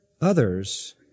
others